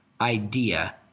idea